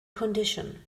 condition